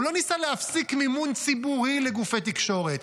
הוא לא ניסה להפסיק מימון ציבורי לגופי תקשורת,